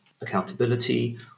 accountability